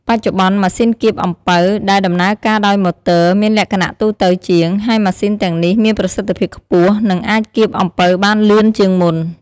បច្ចុប្បន្ន ម៉ាស៊ីនកៀបអំពៅដែលដំណើរការដោយម៉ូទ័រមានលក្ខណៈទូទៅជាង ហើយម៉ាស៊ីនទាំងនេះមានប្រសិទ្ធភាពខ្ពស់ និងអាចកៀបអំពៅបានលឿនជាងមុន។